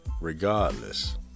regardless